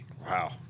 Wow